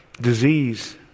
Disease